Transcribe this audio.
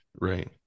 right